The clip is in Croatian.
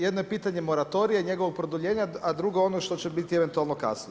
Jedno je pitanje moratorija i njegovog produljenja, a drugo ono što će biti eventualno kasnije.